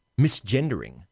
misgendering